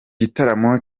gitaramo